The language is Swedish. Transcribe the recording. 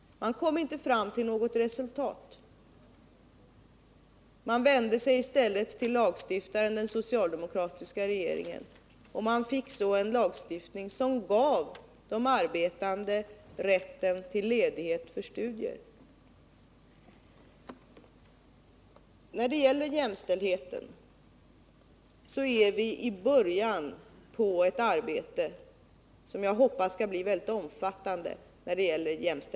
Man kom inte fram till något resultat. Då vände man sig i stället till lagstiftaren, den socialdemokratiska regeringen, och fick då en lagstiftning som gav de arbetande rätten till ledighet för studier. När det gäller jämställdheten på arbetsmarknaden befinner vi oss i början av ett arbete som jag hoppas skall bli mycket omfattande.